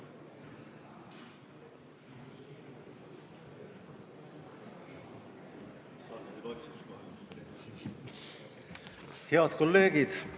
Head kolleegid!